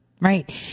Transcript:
right